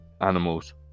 animals